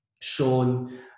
shown